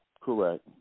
correct